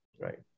right